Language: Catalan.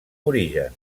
origen